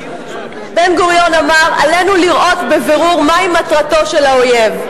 בן-גוריון אמר: עלינו לראות בבירור מהי מטרתו של האויב.